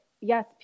yes